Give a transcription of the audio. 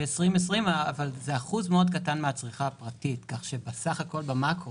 אבל זה אחוז קטן מאוד מן הצריכה הפרטית, כך שבמקרו